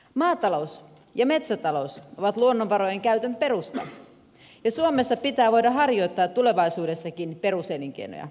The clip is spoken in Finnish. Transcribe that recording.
maatalous ja metsätalous ovat luonnonvarojen käytön perusta ja suomessa pitää voida harjoittaa tulevaisuudessakin peruselinkeinoja